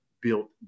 built